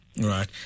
Right